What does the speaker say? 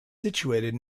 situated